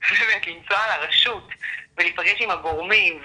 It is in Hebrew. לנסוע לרשות ולהיפגש עם הגורמים,